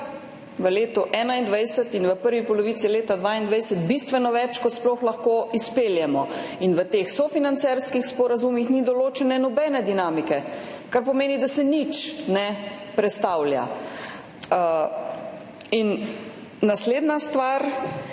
v letu 2021 in v prvi polovici leta 2022 bistveno več, kot sploh lahko izpeljemo. In v teh sofinancerskih sporazumih ni določene nobene dinamike, kar pomeni, da se nič ne prestavlja. In naslednja stvar,